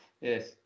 Yes